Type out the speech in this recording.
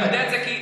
אתה יודע את זה.